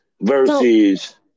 versus